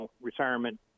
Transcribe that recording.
retirement